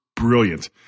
Brilliant